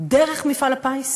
דרך מפעל הפיס